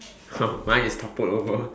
mine is toppled over